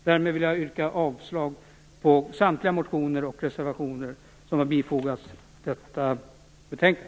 Därmed yrkar jag avslag på samtliga motioner och reservationer till detta betänkande.